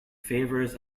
favors